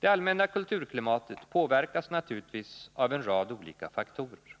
Det allmänna kulturklimatet påverkas naturligtvis av en rad olika faktorer.